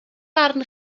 barn